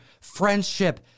friendship